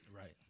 right